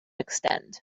extend